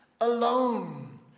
alone